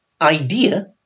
idea